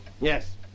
Yes